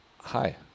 Hi